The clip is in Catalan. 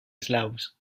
eslaus